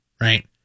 right